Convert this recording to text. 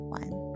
one